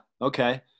okay